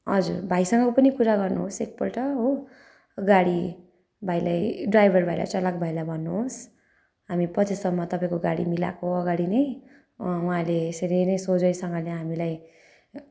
हजुर भाइसँग पनि कुरा गर्नुहोस् एकपल्ट हो गाडी भाइलाई ड्राइभर भाइलाई चालक भाइलाई भन्नुहोस् हामी पच्चिस सौमा तपाईँको गाडी मिलाएको अगाडि नै उहाँले यसरी नै सोझैसँगले हामीलाई